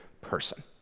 person